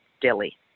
Delhi